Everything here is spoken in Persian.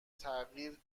تغییر